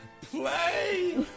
play